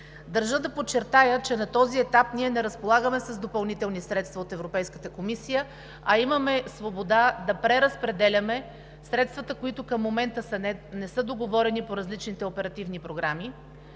Държа да подчертая, че на този етап ние не разполагаме с допълнителни средства от Европейската комисия, а имаме свободата да преразпределяме средствата, които към момента не са договорени по различните оперативни програми.